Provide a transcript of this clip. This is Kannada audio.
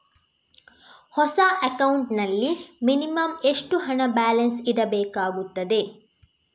ಹೊಸ ಅಕೌಂಟ್ ನಲ್ಲಿ ಮಿನಿಮಂ ಎಷ್ಟು ಹಣ ಬ್ಯಾಲೆನ್ಸ್ ಇಡಬೇಕಾಗುತ್ತದೆ?